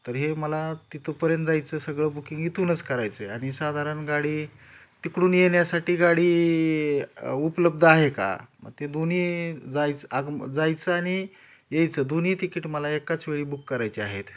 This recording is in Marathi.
तर हे मला तिथंपर्यंत जायचं सगळं बुकिंग इथूनच करायचं आहे आणि साधारण गाडी तिकडून येण्यासाठी गाडी उपलब्ध आहे का मग ते दोन्ही जायचं आगम जायचं आणि यायचं दोन्हीही तिकीट मला एकाच वेळी बुक करायची आहेत